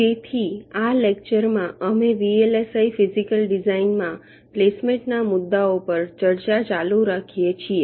તેથી આ લેક્ચરમાં અમે વીએલએસઆઇ ફિઝિકલ ડિઝાઇનમાં પ્લેસમેન્ટના મુદ્દાઓ પર ચર્ચા ચાલુ રાખીએ છીએ